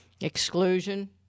exclusion